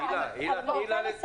הילה, תני לה.